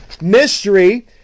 mystery